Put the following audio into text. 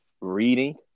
reading